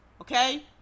okay